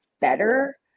better